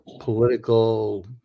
political